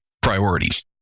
priorities